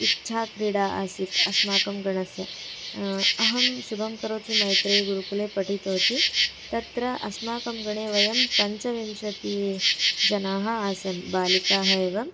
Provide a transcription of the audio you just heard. इच्छा क्रीडा आसीत् अस्माकं गणस्य अहं शुभं करोति मैत्रेयि गुरुकुले पठितवती तत्र अस्माकं गणे वयं पञ्चविंशति जनाः आसन् बालिकाः एव